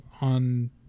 on